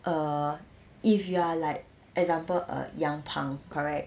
err if you are like example a young punk correct